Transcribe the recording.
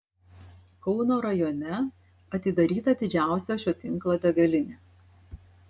kauno rajone atidaryta didžiausia šio tinklo degalinė